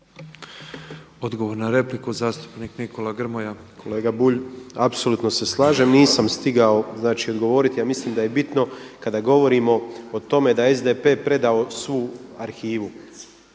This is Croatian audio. Odgovor na repliku zastupnik Nikola Grmoja. **Grmoja, Nikola (MOST)** Kolega Bulj, apsolutno se slažem. Nisam stigao odgovoriti ja mislim da je bitno kada govorimo o tome da je SDP predao svu arhivu.